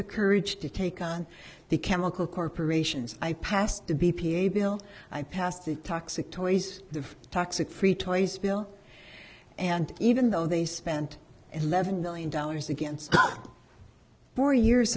the courage to take on the chemical corporations i passed the b p a bill i passed the toxic toys the toxic free toys bill and even though they spent eleven million dollars against four years